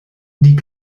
die